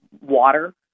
water